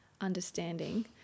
understanding